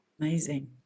Amazing